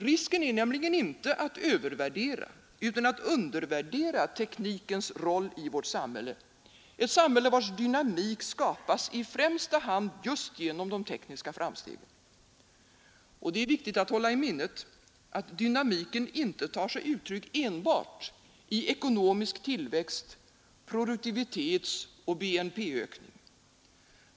Risken är nämligen inte att övervärdera, utan att undervärdera teknikens roll i vårt samhälle, vars dynamik skapas i främsta hand just genom de tekniska framstegen. Och det är viktigt att hålla i minnet, att dynamiken inte tar sig uttryck enbart genom ekonomisk tillväxt, produktivitetsoch BNP-ökning.